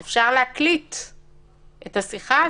בזום אפשר להקליט את השיחה,